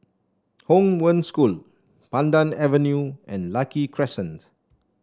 Hong Wen School Pandan Avenue and Lucky Crescent